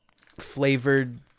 flavored